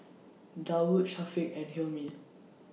Daud Syafiq and Hilmi